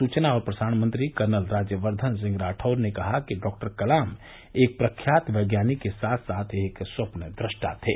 सुचना और प्रसारण मंत्री कर्नल राज्यवर्धन राठौड़ ने कहा कि डॉक्टर कलाम एक प्रख्यात वैज्ञानिक के साथ साथ एक स्वप्नदृष्टा नेता थे